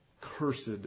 cursed